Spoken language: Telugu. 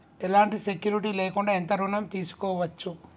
ఎలాంటి సెక్యూరిటీ లేకుండా ఎంత ఋణం తీసుకోవచ్చు?